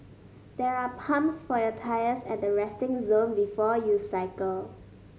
there are pumps for your tyres at the resting zone before you cycle